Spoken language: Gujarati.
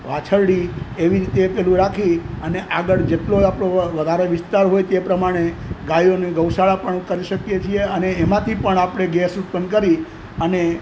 વાછરડી એવી રીતે પેલું રાખી અને આગળ જેટલો આપણો વધારે વિસ્તાર હોય તે પ્રમાણે ગાયોની ગૌશાળા પણ કરી શકીએ છે અને એમાંથી પણ આપણે ગેસ ઉત્પન કરી અને